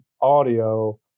audio